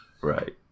Right